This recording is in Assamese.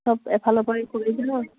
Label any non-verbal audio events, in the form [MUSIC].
চব এফালৰ পৰা কৰি [UNINTELLIGIBLE]